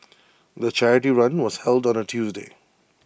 the charity run was held on A Tuesday